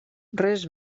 res